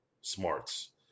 smarts